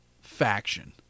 faction